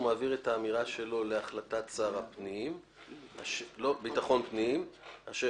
מעביר את האמירה שלו להחלטת השר לביטחון פנים אשר